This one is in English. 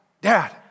Dad